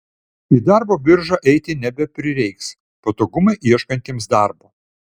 į darbo biržą eiti nebeprireiks patogumai ieškantiems darbo